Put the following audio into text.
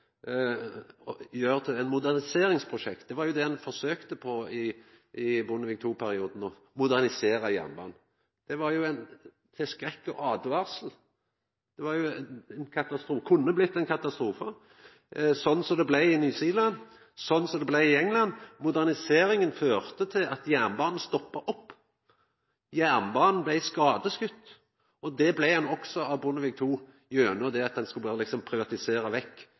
I Bondevik II-perioden prøvde ein å modernisera jernbanen. Det blei til skrekk og åtvaring. Det kunne blitt ein katastrofe, sånn som det blei i New Zealand og i England. Moderniseringa førte til at jernbanen stoppa opp. Jernbanen blei skadeskoten. Det blei han òg av Bondevik II-regjeringa gjennom det at ein skulle prøva å privatisera vekk